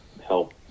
help